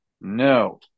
No